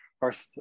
First